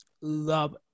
love